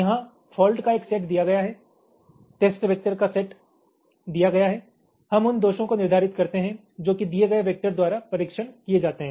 यहां फॉल्ट का सेट दिया गया है टेस्ट वैक्टर का सेट दिया गया है हम उन दोषों को निर्धारित करते हैं जो कि दिए गए वैक्टर द्वारा परीक्षण किए जाते हैं